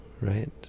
right